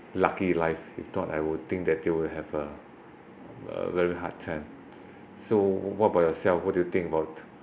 lucky life if not I would think that they will have a very hard time so what about yourself what do you think about